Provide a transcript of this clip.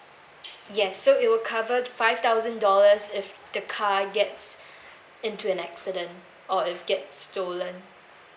yes so it will cover five thousand dollars if the car gets into an accident or if get stolen